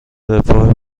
رفاه